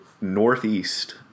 northeast